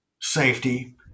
safety